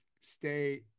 stay